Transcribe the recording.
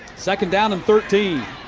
second down and thirteen.